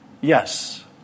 Yes